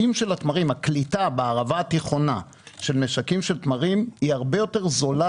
הקליטה בערבה התיכונה של משקי תמרים היא הרבה יותר זולה